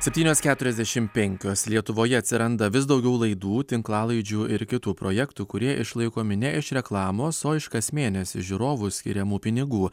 septynios keturiasdešimt penkios lietuvoje atsiranda vis daugiau laidų tinklalaidžių ir kitų projektų kurie išlaikomi ne iš reklamos o iš kas mėnesį žiūrovų skiriamų pinigų